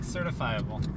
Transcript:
Certifiable